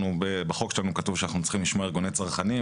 בחוק שלנו כתוב שאנחנו צריכים לשמוע ארגוני צרכנים.